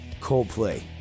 Coldplay